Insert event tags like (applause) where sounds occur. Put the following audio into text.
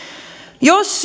jos (unintelligible)